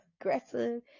aggressive